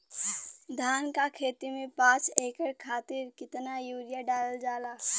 धान क खेती में पांच एकड़ खातिर कितना यूरिया डालल जाला?